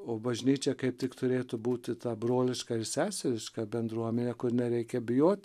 o bažnyčia kaip tik turėtų būti ta broliška ir seseriška bendruomenė kur nereikia bijot